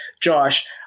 Josh